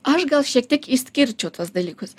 aš gal šiek tiek išskirčiau tuos dalykus